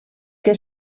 que